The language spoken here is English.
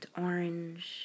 orange